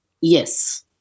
Yes